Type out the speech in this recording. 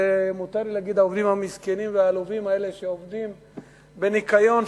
מותר לי להגיד העובדים המסכנים האלה שעובדים בניקיון,